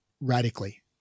radically